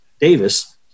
Davis